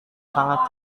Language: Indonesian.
sangat